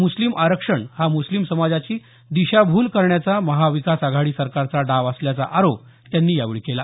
मुस्लिम आरक्षण हा मुस्लिम समाजाची दिशाभूल करण्याचा महाविकास आघाडी सरकारचा डाव असल्याचा आरोप त्यांनी यावेळी केला